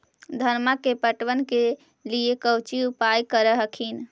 धनमा के पटबन के लिये कौची उपाय कर हखिन?